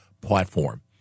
platform